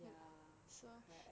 ya correct